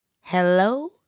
hello